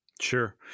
Sure